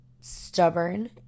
stubborn